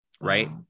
right